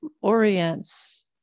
orients